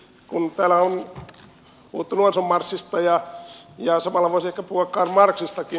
kun täällä on puhuttu nuorison marssista niin samalla voisi ehkä puhua karl marxistakin